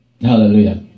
Hallelujah